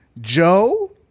Joe